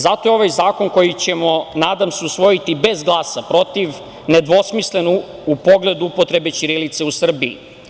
Zato je ovaj zakon koji ćemo, nadam se, usvojiti bez glasa protiv nedvosmislen u pogledu upotrebe ćirilice u Srbiji.